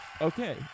Okay